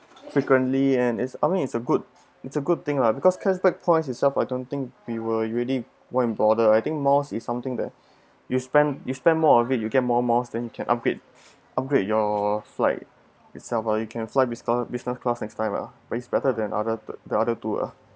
frequently and is I mean it's a good it's a good thing lah because cashback points itself I don't think we will really want bother right I think miles is something that you spend you spend more of it you get more more then you can upgrade upgrade your flight itself ah you can fly business business class next time lah ways better then other the other two ah